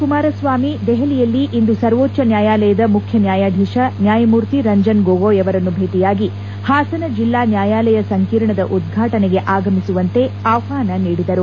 ಕುಮಾರಸ್ವಾಮಿ ದೆಹಲಿಯಲ್ಲಿಂದು ಸರ್ವೋಚ್ಯ ನ್ಯಾಯಾಲಯದ ಮುಖ್ಯ ನ್ಯಾಯಾಧೀಶ ನ್ನಾಯಮೂರ್ತಿ ರಂಜನ್ ಗೊಗೋಯ್ ಅವರನ್ನು ಭೇಟಿಯಾಗಿ ಹಾಸನ ಜಿಲ್ಲಾ ನ್ನಾಯಾಲಯ ಸಂಕೀರ್ಣದ ಉದ್ವಾಟನೆಗೆ ಆಗಮಿಸುವಂತೆ ಆಹ್ವಾನ ನೀಡಿದರು